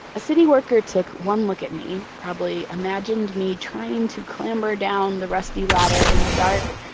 a city worker took one look at me, probably imagined me trying to clamber down the rusty ladder in the dark,